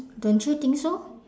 don't you think so